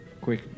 quick